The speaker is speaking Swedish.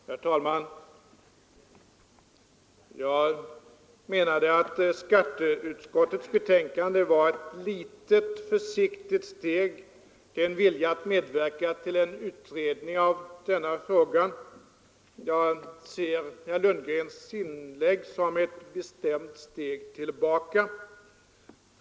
Herr talman! Jag såg skatteutskottets betänkande som ett litet försiktigt steg mot att vilja medverka till en utredning av denna fråga. Jag ser herr Lundgrens inlägg som ett bestämt steg tillbaka.